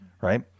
right